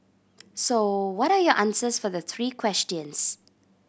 so what are your answers for the three questions